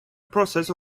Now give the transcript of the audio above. process